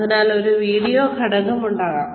അപ്പോൾ ഒരു വീഡിയോ ഘടകം ഉണ്ടാകാം